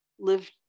live